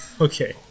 Okay